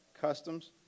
Customs